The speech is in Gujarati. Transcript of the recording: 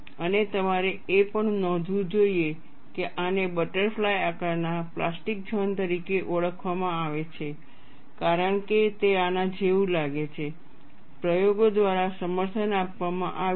અને તમારે એ પણ નોંધવું જોઈએ કે આને બટરફ્લાય આકારના પ્લાસ્ટિક ઝોન તરીકે ઓળખવામાં આવે છે કારણ કે તે આના જેવું લાગે છે પ્રયોગો દ્વારા સમર્થન આપવામાં આવ્યું છે